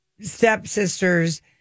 stepsisters